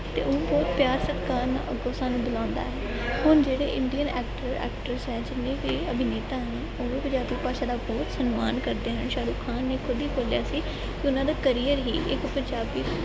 ਅਤੇ ਉਹਨੂੰ ਬਹੁਤ ਪਿਆਰ ਸਤਿਕਾਰ ਨਾਲ ਅੱਗੋਂ ਸਾਨੂੰ ਬੁਲਾਉਂਦਾ ਹੈ ਹੁਣ ਜਿਹੜੇ ਇੰਡੀਅਨ ਐਕਟਰ ਐਕਟਰਸ ਹੈ ਜਿੰਨੇ ਵੀ ਅਭਿਨੇਤਾ ਹਨ ਉਹ ਪੰਜਾਬੀ ਭਾਸ਼ਾ ਦਾ ਬਹੁਤ ਸਨਮਾਨ ਕਰਦੇ ਹਨ ਸ਼ਾਹਰੁਖ ਖਾਨ ਨੇ ਖੁਦ ਹੀ ਬੋਲਿਆ ਸੀ ਕਿ ਉਹਨਾਂ ਦਾ ਕਰੀਅਰ ਹੀ ਇੱਕ ਪੰਜਾਬੀ